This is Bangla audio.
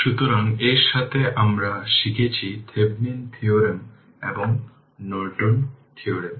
সুতরাং এর সাথে আমরা শিখেছি থেভেনিন থিওরেম এবং নর্টন থিওরেম